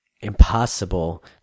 impossible